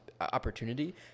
opportunity